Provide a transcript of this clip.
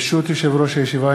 ברשות יושב-ראש הישיבה,